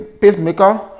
pacemaker